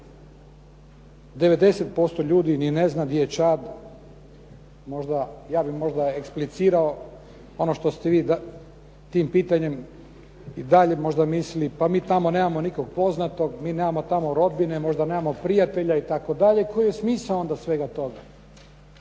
90% ljudi ni ne zna gdje je Čad, ja bih možda eksplicirao ono što ste vi tim pitanjem i dalje možda mislili. Pa mi tamo nemamo nikog poznatog, mi nemamo tamo rodbine, možda nemamo prijatelja i tako dalje. Koji je smisao onda svega toga?